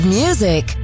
music